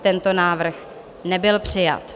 Tento návrh nebyl přijat.